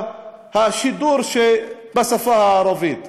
השידור שבשפה הערבית,